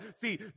See